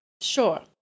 Sure